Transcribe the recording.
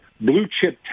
blue-chip